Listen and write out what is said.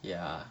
ya